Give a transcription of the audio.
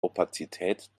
opazität